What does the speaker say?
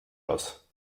aus